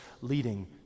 leading